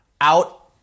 out